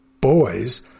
boys